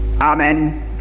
Amen